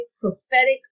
prophetic